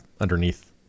underneath